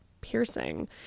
piercing